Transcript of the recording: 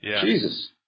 Jesus